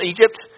Egypt